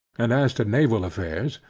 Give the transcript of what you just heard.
and as to naval affairs,